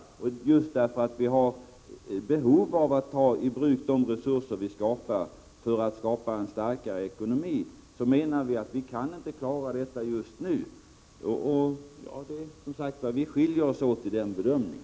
Just därför att vi behöver ta i bruk de resurser som finns för att skapa en starkare ekonomi, menar vi att vi inte kan klara detta just nu. Som sagt: Vi skiljer oss åt i den bedömningen.